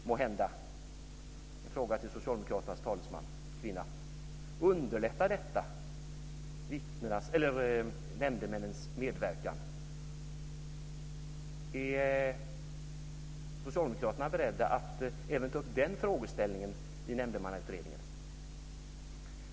Det är frågan till socialdemokraternas taleskvinna. Är socialdemokraterna beredda att ta upp även den frågan i Nämndemannautredningen?